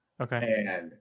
Okay